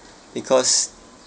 because